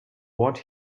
what